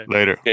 Later